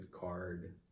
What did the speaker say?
card